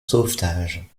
sauvetage